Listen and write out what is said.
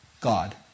God